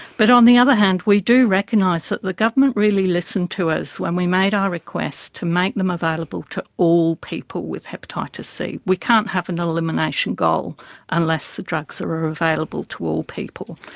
but on the other hand we do recognise that the government really listened to us when we made our request to make them available to all people with hepatitis c. we can't have an elimination goal unless the drugs are available to all people.